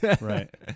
Right